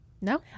No